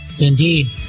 Indeed